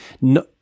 no